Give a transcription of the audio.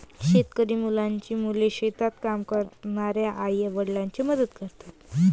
शेतकरी मुलांची मुले शेतात काम करणाऱ्या आई आणि वडिलांना मदत करतात